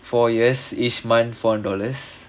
four years each month four hundred dollars